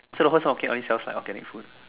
so the whole supermarket only sells like organic food